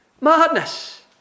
Madness